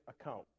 account